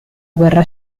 guerra